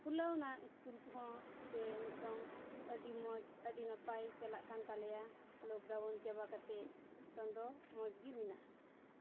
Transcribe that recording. ᱠᱷᱩᱞᱟᱹᱣᱱᱟ school ᱠᱚᱦᱚᱸ ᱥᱮ ᱱᱤᱛᱚᱝ ᱟᱹᱰᱤ ᱢᱚᱡᱽ ᱟᱹᱰᱤ ᱱᱟᱯᱟᱭ ᱪᱟᱞᱟᱜ ᱠᱟᱱ ᱛᱟᱞᱮᱭᱟ ᱞᱚᱠᱰᱟᱣᱩᱱ ᱪᱟᱵᱟ ᱠᱟᱛᱮᱫ ᱱᱤᱛᱚᱝ ᱫᱚ ᱢᱚᱡᱽ ᱜᱮ ᱢᱮᱱᱟᱜᱼᱟ ᱠᱟᱫᱟ